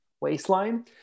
waistline